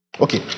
Okay